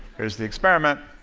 here's the experiment.